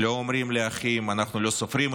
לא אומרים לאחים: אנחנו לא סופרים אתכם.